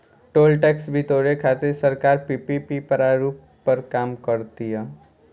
toll tax बिटोरे खातिर सरकार पीपीपी प्रारूप पर काम कर तीय